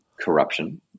corruption